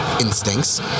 instincts